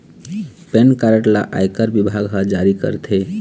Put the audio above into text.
PAN card ल आयकर बिभाग ह जारी करथे